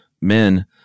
men